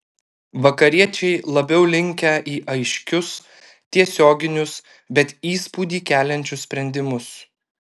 vakariečiai labiau linkę į aiškius tiesioginius bet įspūdį keliančius sprendimus